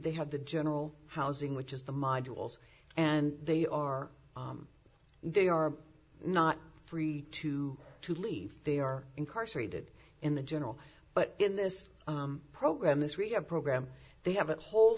they have the general housing which is the modules and they are they are not free to to leave they are incarcerated in the general but in this program this rehab program they have a whole